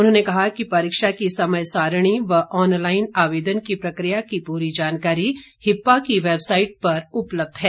उन्होंने कहा कि परीक्षा की समय सारणी व ऑलनाईन आवेदन की प्रकिया की पूरी जानकारी हिप्पा की बैवसाईट पर उपल्बध है